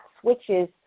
switches